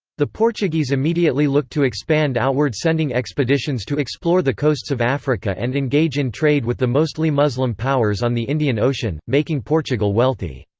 the portuguese immediately looked to expand outward sending expeditions to explore the coasts of africa and engage in trade with the mostly muslim powers on the indian ocean, making portugal wealthy.